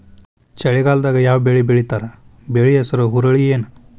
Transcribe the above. ಚಳಿಗಾಲದಾಗ್ ಯಾವ್ ಬೆಳಿ ಬೆಳಿತಾರ, ಬೆಳಿ ಹೆಸರು ಹುರುಳಿ ಏನ್?